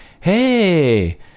hey